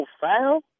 file